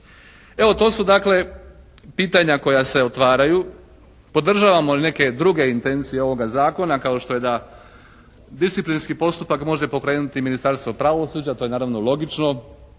Evo to su dakle pitanja koja se otvaraju. Podržavamo i neke druge intencije ovoga zakona kao što je da disciplinski postupak može pokrenuti Ministarstvo pravosuđa. To je naravno logično.